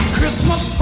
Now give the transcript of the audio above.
Christmas